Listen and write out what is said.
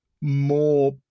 more